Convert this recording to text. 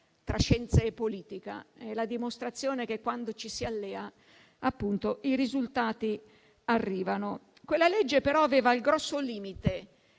tra scienza e politica. È la dimostrazione che, quando ci si allea, i risultati arrivano. Quella legge però aveva il grosso limite